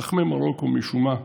חכמי מרוקו, משום מה,